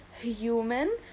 human